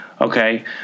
Okay